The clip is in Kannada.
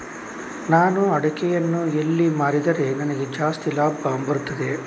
ನಾನು ಅಡಿಕೆಯನ್ನು ಎಲ್ಲಿ ಮಾರಿದರೆ ನನಗೆ ಜಾಸ್ತಿ ಲಾಭ ಬರುತ್ತದೆ?